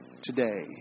today